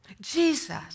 Jesus